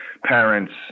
parents